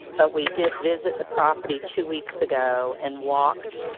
but we did visit the property two weeks ago and walked